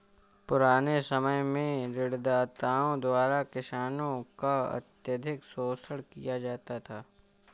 पुराने समय में ऋणदाताओं द्वारा किसानों का अत्यधिक शोषण किया जाता था